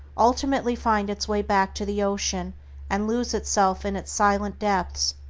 ultimately find its way back to the ocean and lose itself in its silent depths,